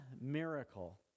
miracle